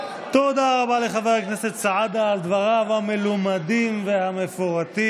תודה רבה לחבר הכנסת סעדה על דבריו המלומדים והמפורטים.